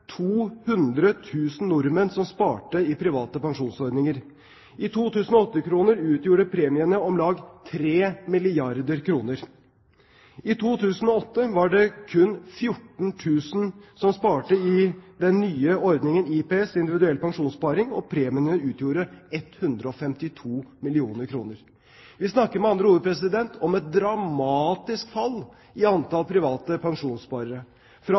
000 nordmenn som sparte i private pensjonsordninger. I 2008-kroner utgjorde premiene om lag 3 milliarder kr. I 2008 var det kun 14 000 som sparte i den nye ordningen IPS, individuell pensjonssparing, og premiene utgjorde 152 mill. kr. Vi snakker med andre ord om et dramatisk fall i antall private pensjonssparere – fra